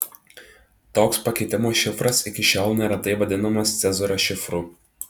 toks pakeitimo šifras iki šiol neretai vadinamas cezario šifru